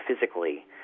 physically